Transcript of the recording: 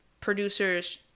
producers